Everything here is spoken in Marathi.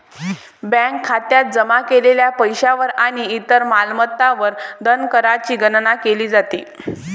बँक खात्यात जमा केलेल्या पैशावर आणि इतर मालमत्तांवर धनकरची गणना केली जाते